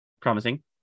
Promising